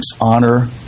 honor